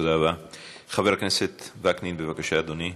חבר הכנסת וקנין, בבקשה, אדוני.